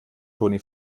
toni